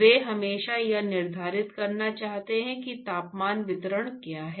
वे हमेशा यह निर्धारित करना चाहते हैं कि तापमान वितरण क्या है